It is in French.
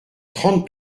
trente